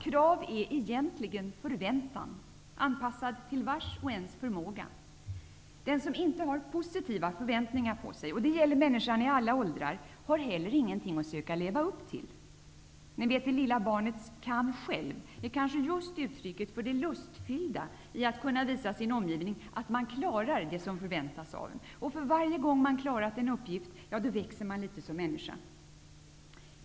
Krav är egentligen för väntan, anpassad till vars och ens förmåga. Den som inte har positiva förväntningar på sig -- det gäller människan i alla åldrar -- har inte heller nå got att söka leva upp till. Det lilla barnets ''kan själv'' är kanske just uttrycket för det lustfyllda i att kunna visa sin omgivning att man klarar av det som förväntas av en. Och för varje gång som man klarat av en uppgift, växer man litet som männi ska.